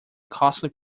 costly